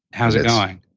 how's it going?